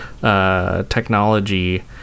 technology